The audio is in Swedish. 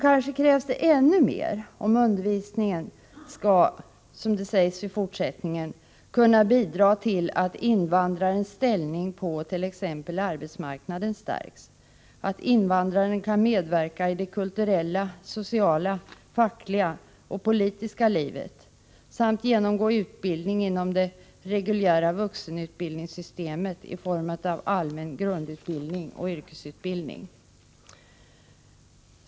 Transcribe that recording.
Kanske krävs det ännu mer om undervisningen skall, som det heter i fortsättningen, kunna ”bidra till att invandrarens ställning på t.ex. arbetsmarknaden stärks, att invandraren kan medverka i det kulturella, sociala, fackliga och politiska livet samt genomgå utbildning inom det reguljära vuxenutbildningssystemet i form av allmän grundutbildning och yrkesutbildning”.